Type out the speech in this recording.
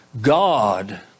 God